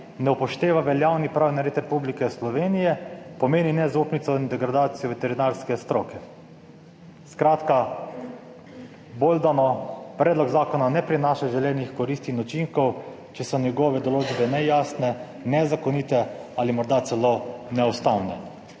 ne upošteva veljavni pravni red Republike Slovenije, pomeni nezaupnico in degradacijo veterinarske stroke. Skratka boldano - predlog zakona ne prinaša želenih koristi in učinkov, če so njegove določbe nejasne, nezakonite ali morda celo neustavne.«